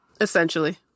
Essentially